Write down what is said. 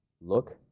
look